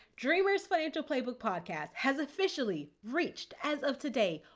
dreamers financial playbook podcast has officially reached, as of today,